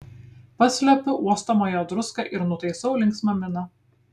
paslepiu uostomąją druską ir nutaisau linksmą miną